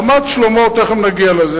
רמת-שלמה תיכף נגיע לזה.